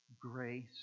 grace